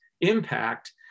impact